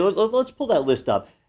sort of let's pull that list up.